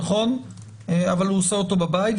אבל הוא עושה אותו בבית.